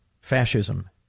fascism